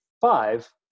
five